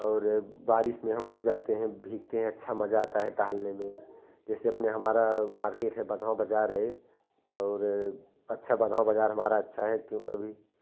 और बारिश में हम लोग जलते हैं भीगते हैं अच्छा मज़ा आता है टहलने में जैसे अपने हमारा मार्केट है बधमां बाज़ार है और अच्छा बधमां बाज़ार हमारा अच्छा है क्यों अभी